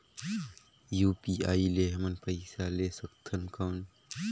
UPI ले हमन पइसा ले सकथन कौन?